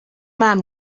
man